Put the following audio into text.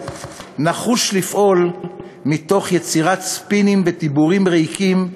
נחוש לפעול מתוך יצירת ספינים ודיבורים ריקים,